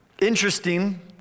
Interesting